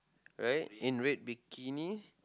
right in red bikini